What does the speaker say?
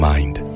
Mind 》 。